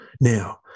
Now